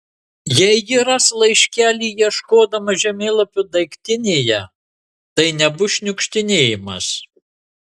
jei ji ras laiškelį ieškodama žemėlapio daiktinėje tai nebus šniukštinėjimas